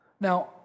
Now